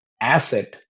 asset